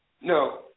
No